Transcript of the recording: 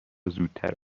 زودتر